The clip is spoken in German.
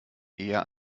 eher